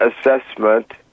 assessment